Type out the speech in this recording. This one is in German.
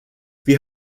wir